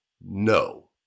No